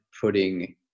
putting